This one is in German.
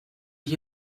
ich